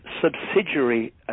subsidiary